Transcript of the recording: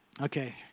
Okay